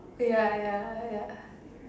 ya ya ya